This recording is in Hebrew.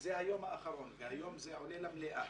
שזה היום האחרון והיום זה עולה למליאה,